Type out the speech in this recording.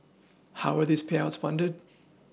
how were these payouts funded